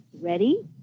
Ready